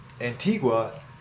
Antigua